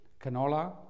canola